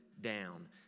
down